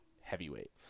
heavyweight